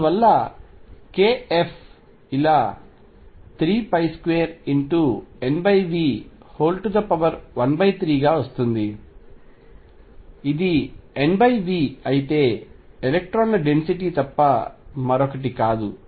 అందువలన kFఇలా 32NV13 గా వస్తుంది ఇది NV అయితే ఎలక్ట్రాన్ల డెన్సిటీ తప్ప మరొకటి కాదు